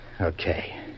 Okay